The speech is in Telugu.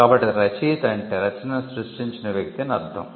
కాబట్టి రచయిత అంటే రచనను సృష్టించిన వ్యక్తి అని అర్థం